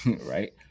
right